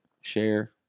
share